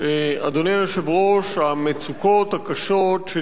המצוקות הקשות שנמצאות בשכונות המוחלשות